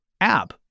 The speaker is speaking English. app